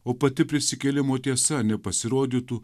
o pati prisikėlimo tiesa nepasirodytų